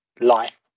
life